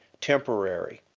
temporary